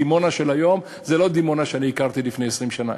דימונה של היום היא לא דימונה שאני הכרתי לפני 20 שנה,